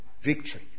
victory